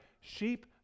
sheep